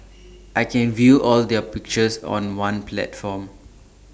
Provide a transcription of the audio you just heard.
I can view all their pictures on one platform